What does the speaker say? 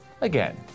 again